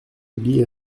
oublié